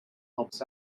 helps